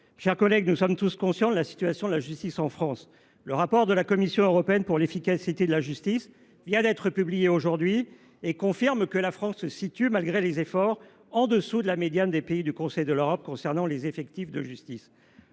chers collègues, nous sommes tous conscients de la situation de la justice en France. Le rapport de la Commission européenne pour l’efficacité de la justice a été publié aujourd’hui. Il confirme que la France se situe, malgré les efforts, en dessous de la médiane des pays du Conseil de l’Europe concernant les effectifs de la justice.